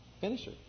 finisher